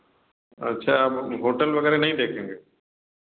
अच्छा अब होटल वगैरह नहीं देखेंगे